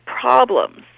problems